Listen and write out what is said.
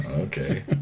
Okay